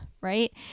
right